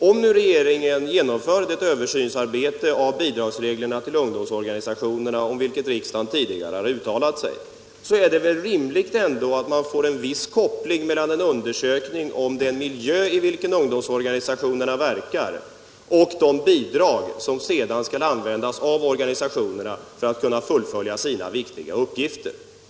Om regeringen genomför den översyn av bidragsreglerna till ungdomsorganisationerna om vilken riksdagen tidigare har uttalat sig är det väl ändå rimligt att man får en viss koppling mellan en undersökning av den miljö i vilken ungdomsorganisationerna verkar och de bidrag som sedan skall användas av organisationerna för att de skall kunna fullfölja sina viktiga uppgifter?